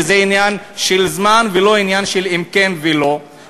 וזה עניין של זמן ולא עניין של אם כן ולא.